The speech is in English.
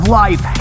life